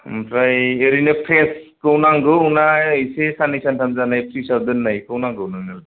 ओमफ्राय ओरैनो फ्रेसखौ नांगौ ना एसे साननै सानथाम जानाय फ्रिजआव दोन्नायखौ नांगौ नोंनो